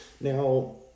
Now